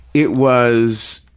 it was,